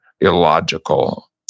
illogical